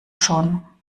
schon